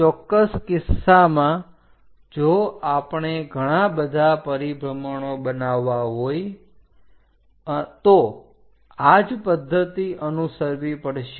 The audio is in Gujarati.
ચોકકસ કિસ્સામાં જો આપણે ઘણા બધા પરિભ્રમણો બનાવવા હોય તો આ જ પદ્ધતિ અનુસરવી પડશે